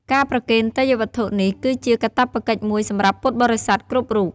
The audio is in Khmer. ការប្រគេនទេយ្យវត្ថុនេះ គឺជាកាតព្វកិច្ចមួយសម្រាប់ពុទ្ធបរិស័ទគ្រប់រូប។